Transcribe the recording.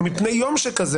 מפני יום שכזה